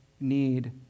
need